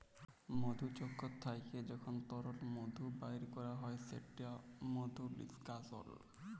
মধুচক্কর থ্যাইকে যখল তরল মধু বাইর ক্যরা হ্যয় সেট মধু লিস্কাশল